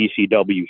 ECW